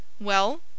Well